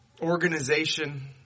organization